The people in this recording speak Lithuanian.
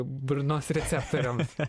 burnos receptoriam